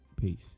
Peace